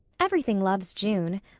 everything loves june.